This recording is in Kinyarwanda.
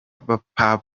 papa